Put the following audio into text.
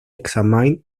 examined